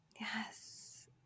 Yes